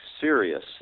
serious